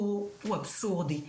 הוא אבסורדי.